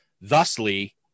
thusly